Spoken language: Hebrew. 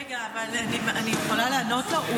רגע, אבל אני יכולה לענות לו?